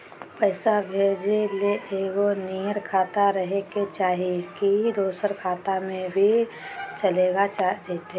पैसा भेजे ले एके नियर खाता रहे के चाही की दोसर खाता में भी चलेगा जयते?